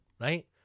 right